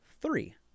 three